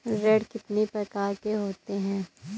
ऋण कितनी प्रकार के होते हैं?